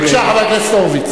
בבקשה, חבר הכנסת הורוביץ.